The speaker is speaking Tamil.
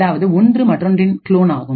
அதாவது ஒன்று மற்றொன்றின் க்ளோன் ஆகும்